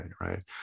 right